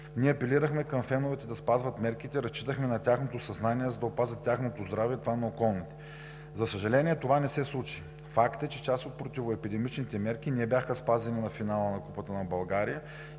Ние апелирахме към феновете да спазват мерките, разчитахме на тяхното съзнание, за да опазят здравето си и това на околните. За съжаление, това не се случи. Факт е, че част от противоепидемичните мерки не бяха спазени на финала на Купата на България